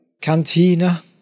cantina